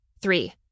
Three